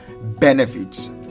benefits